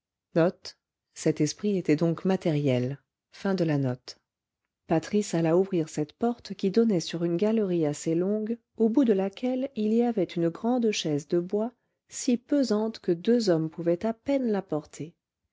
patris alla ouvrir cette porte qui donnait sur une galerie assez longue au bout de laquelle il y avait une grande chaise de bois si pesante que deux hommes pouvaient à peine la porter